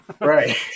Right